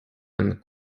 and